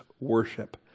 worship